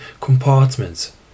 compartments